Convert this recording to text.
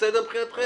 בסדר מבחינתכם?